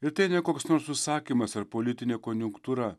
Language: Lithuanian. ir tai ne koks nors užsakymas ar politinė konjunktūra